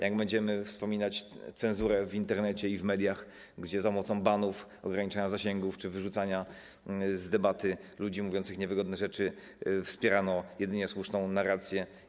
Jak będziemy wspominać cenzurę w Internecie i w mediach, w których za pomocą banów, ograniczania zasięgów czy wyrzucania z debaty ludzi mówiących niewygodne rzeczy wspierano jedyną słuszną narrację?